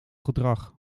gedrag